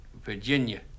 Virginia